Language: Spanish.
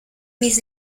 mis